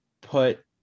put